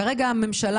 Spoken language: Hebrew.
כרגע הממשלה,